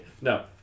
no